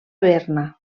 berna